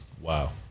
wow